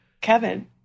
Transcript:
Kevin